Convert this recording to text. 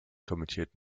kommentiert